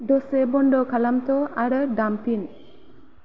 दसे बन्द' खालामथ' आरो दामफिन